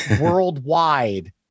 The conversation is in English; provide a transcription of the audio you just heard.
worldwide